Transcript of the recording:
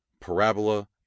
parabola